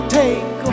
take